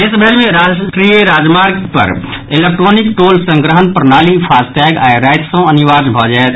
देश भरि मे राष्ट्रीय राजमार्ग पर इलेक्ट्रोनिक टोल संग्रहण प्रणाली फास्टैग आइ राति सॅ अनिवार्य भऽ जायत